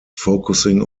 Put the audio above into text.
focusing